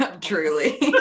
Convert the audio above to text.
Truly